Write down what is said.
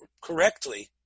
correctly